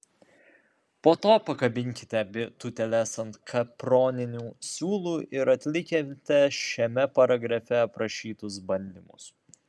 po to pakabinkite abi tūteles ant kaproninių siūlų ir atlikite šiame paragrafe aprašytus bandymus